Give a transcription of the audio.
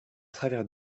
travers